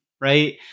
Right